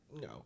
no